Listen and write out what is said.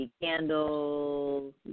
candles